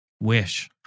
wish